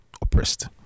oppressed